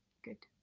good!